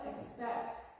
expect